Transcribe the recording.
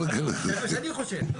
זה מה שאני חושב.